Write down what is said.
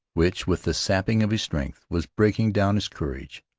which, with the sapping of his strength, was breaking down his courage,